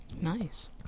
nice